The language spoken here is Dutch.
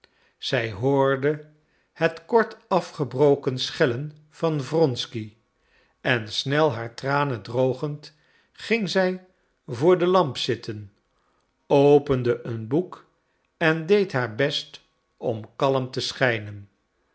zij hoorde het kortafgebroken schellen van wronsky en snel haar tranen drogend ging zij voor de lamp zitten opende een boek en deed haar best om kalm te schijnen